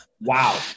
Wow